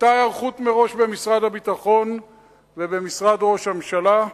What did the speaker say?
היתה היערכות מראש במשרד הביטחון ובמשרד ראש הממשלה,